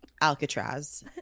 Alcatraz